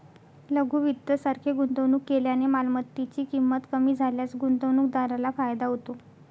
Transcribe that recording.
लघु वित्त सारखे गुंतवणूक केल्याने मालमत्तेची ची किंमत कमी झाल्यास गुंतवणूकदाराला फायदा होतो